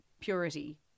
purity